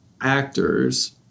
actors